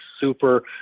super